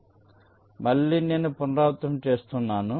ఇప్పుడు మళ్ళీ నేను పునరావృతం చేస్తున్నాను